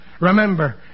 Remember